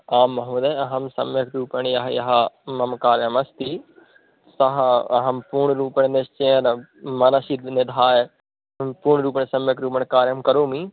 आं महोदयः अहं सम्यग्रूपेण यः यः मम कार्यमस्ति सः अहं पूर्णरूपेण निश्चयेन मनसि निधाय सम्पूर्णरूपेण सम्यग्रूपेण कार्यं करोमि